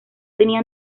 tenía